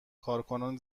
کارکنان